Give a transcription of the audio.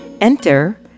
Enter